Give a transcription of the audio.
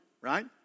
right